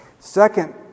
Second